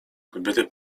kobiety